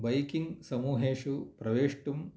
biking समूहेषु प्रवेष्टुं